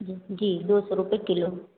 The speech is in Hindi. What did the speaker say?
जी जी दो सौ रुपये किलो